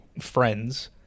friends